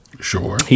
Sure